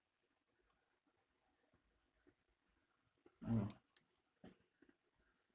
mm